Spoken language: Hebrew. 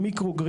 microgrid